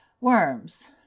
worms